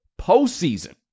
Postseason